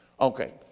Okay